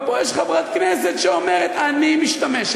ופה יש חברת כנסת שאומרת "אני משתמשת".